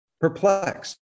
Perplexed